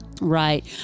right